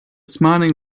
smiling